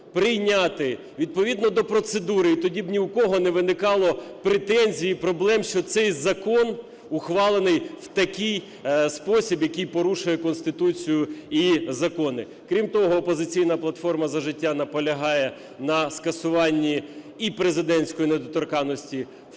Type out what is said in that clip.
прийняти, відповідно до процедури, і тоді б ні в кого не виникало претензій і проблем, що цей закон ухвалений в такий спосіб, який порушує Конституцію і закони. Крім того, "Опозиційна платформа – За життя" наполягає на скасуванні і президентської недоторканності в повній